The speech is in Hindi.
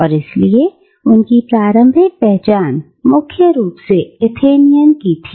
और इसलिए उनकी प्रारंभिक पहचान मुख्य रूप से एथेनियन की थी